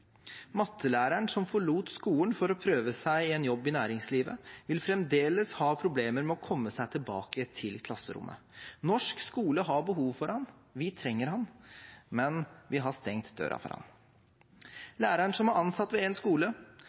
Mattelæreren som forlot skolen for å prøve seg i en jobb i næringslivet, vil fremdeles ha problemer med å komme seg tilbake til klasserommet. Norsk skole har behov for ham, vi trenger ham, men vi har stengt døra for ham. Læreren som er ansatt ved en skole